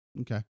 Okay